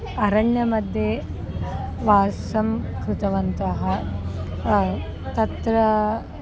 अरण्यमध्ये वासं कृतवन्तः तत्र